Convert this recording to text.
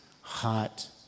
hot